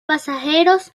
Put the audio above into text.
pasajeros